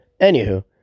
Anywho